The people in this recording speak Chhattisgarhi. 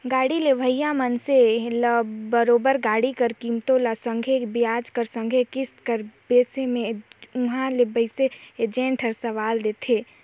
गाड़ी लेहोइया मइनसे ल बरोबेर गाड़ी कर कीमेत कर संघे बियाज कर संघे किस्त कर बिसे में उहां बइथे एजेंट हर सलाव देथे